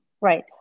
right